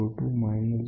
02 minus 0